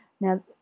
Now